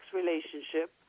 relationship